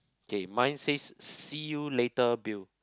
okay mine says see you later Bill